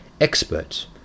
experts